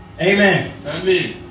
Amen